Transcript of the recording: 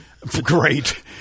Great